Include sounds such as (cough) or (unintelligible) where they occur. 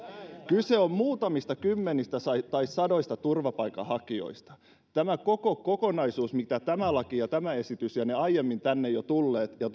kyse on muutamista kymmenistä tai sadoista turvapaikanhakijoista tämä koko kokonaisuus tämä laki ja tämä esitys ja ne aiemmin tänne jo tulleet ja (unintelligible)